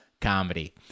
comedy